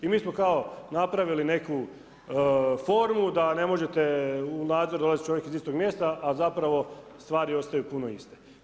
I mi smo kao napravili neku formu da ne možete u nadzor dolazi čovjek iz istog mjesta a zapravo stvari ostaju puno iste.